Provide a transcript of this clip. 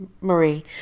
Marie